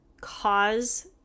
cause